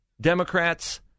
Democrats